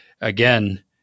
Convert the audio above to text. again